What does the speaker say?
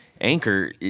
anchor